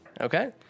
Okay